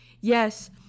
yes